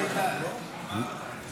האמת,